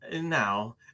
Now